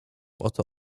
oto